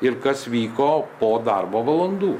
ir kas vyko po darbo valandų